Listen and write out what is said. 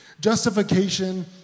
Justification